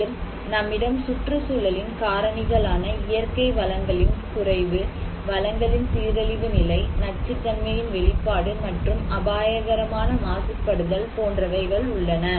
மேலும் நம்மிடம் சுற்றுச்சூழலின் காரணிகளான இயற்கை வளங்களின் குறைவு வளங்களின் சீரழிவு நிலை நச்சுத் தன்மையின் வெளிப்பாடு மற்றும் அபாயகரமான மாசுபடுதல் போன்றவை உள்ளன